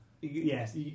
Yes